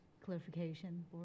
Clarification